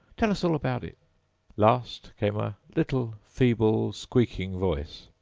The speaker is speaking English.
tell us all about it last came a little feeble, squeaking voice,